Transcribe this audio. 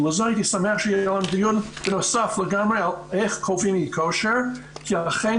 ולזה הייתי שמח שיהיה דיון נוסף גם על איך קובעים אי-כושר כי אכן